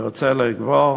ואני רוצה לגמור,